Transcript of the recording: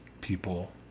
people